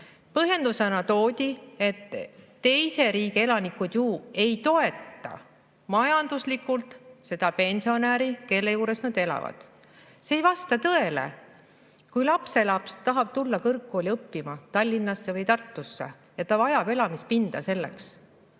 Põhjendusena toodi, et teise riigi elanikud ju ei toeta majanduslikult seda pensionäri, kelle juures nad elavad. See ei vasta tõele. Kui lapselaps tahab tulla kõrgkooli õppima Tallinnasse või Tartusse ja ta vajab selleks